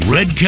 Red